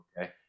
okay